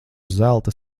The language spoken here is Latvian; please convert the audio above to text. zelta